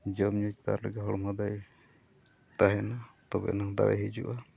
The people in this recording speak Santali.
ᱡᱚᱢ ᱧᱩ ᱪᱮᱛᱟᱱ ᱨᱮᱜᱮ ᱦᱚᱲᱢᱚ ᱫᱚᱭ ᱛᱟᱦᱮᱱᱟ ᱛᱚᱵᱮᱭᱮᱱᱟ ᱫᱟᱨᱮ ᱦᱤᱡᱩᱜᱼᱟ